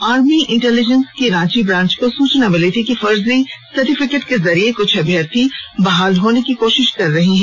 army intelligence की Ranchi branch को सूचना मिली थी कि फर्जी सर्टिफिकेट के जरिए कृछ अभ्यर्थी बहाल होने की कोशिश कर रहे हैं